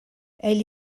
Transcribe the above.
elle